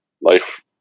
life